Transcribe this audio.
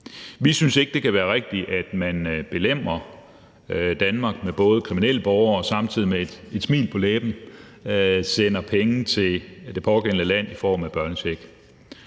Vi synes ikke, det kan være rigtigt, at man belemrer Danmark med kriminelle borgere, samtidig med at vi med et smil på læben sender penge til det pågældende land i form af en